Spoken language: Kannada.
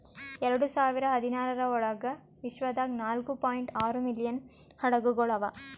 ಎರಡು ಸಾವಿರ ಹದಿನಾರರ ಒಳಗ್ ವಿಶ್ವದಾಗ್ ನಾಲ್ಕೂ ಪಾಯಿಂಟ್ ಆರೂ ಮಿಲಿಯನ್ ಹಡಗುಗೊಳ್ ಅವಾ